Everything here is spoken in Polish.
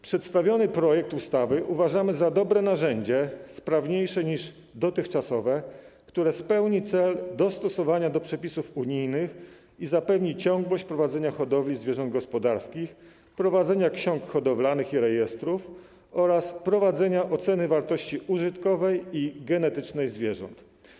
Przedstawiony projekt ustawy uważamy za dobre narzędzie, sprawniejsze niż dotychczasowe, które spełni cel dostosowania do przepisów unijnych i zapewni ciągłość prowadzenia hodowli zwierząt gospodarskich, prowadzenia ksiąg hodowlanych i rejestrów oraz prowadzenia oceny wartości użytkowej i genetycznej zwierząt.